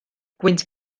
gwynt